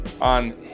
on